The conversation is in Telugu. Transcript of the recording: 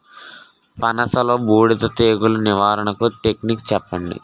పనస లో బూడిద తెగులు నివారణకు టెక్నిక్స్ చెప్పండి?